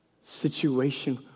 situation